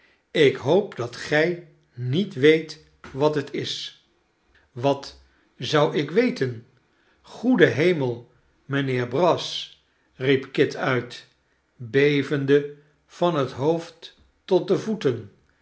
ik hoop dat gij niet weet wat het is wat zou ik weten goede hemel mijnheer brass riep kit uit bevende van het hoofd tot de voeten